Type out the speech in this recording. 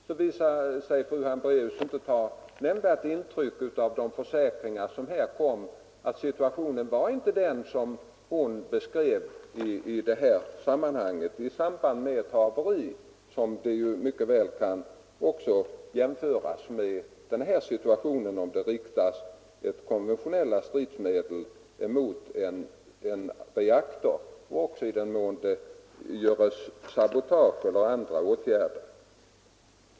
Fru Hambraeus tog då inte nämnvärt intryck av försäkringarna att situationen inte var sådan som hon beskrev den — det gällde då ett haveri, något som mycket väl kan jämföras med att det riktas konventionella stridsmedel mot en reaktor eller att det görs sabotage eller något liknande.